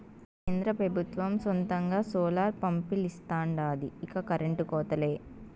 కేంద్ర పెబుత్వం సొంతంగా సోలార్ పంపిలిస్తాండాది ఇక కరెంటు కోతలే